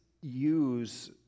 use